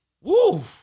Woo